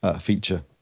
feature